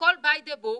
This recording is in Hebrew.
הכול על פי הספר,